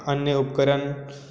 अन्य उपकरण